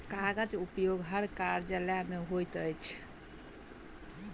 कागजक उपयोग हर कार्यालय मे होइत अछि